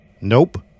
Nope